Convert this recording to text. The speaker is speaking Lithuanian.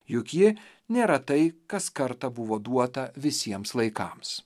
juk ji nėra tai kas kartą buvo duota visiems laikams